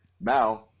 now